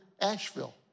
Asheville